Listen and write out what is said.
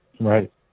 Right